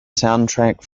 soundtrack